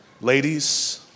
Ladies